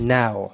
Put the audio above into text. now